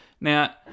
Now